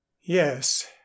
Yes